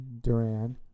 Duran